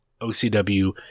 OCW